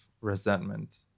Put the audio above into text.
resentment